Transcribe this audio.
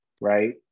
Right